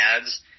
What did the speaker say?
ads